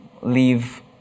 leave